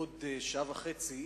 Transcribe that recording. בעוד שעה וחצי